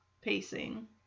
pacing